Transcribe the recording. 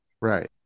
right